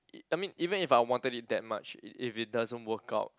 I mean even if I wanted it that much if if it doesn't work out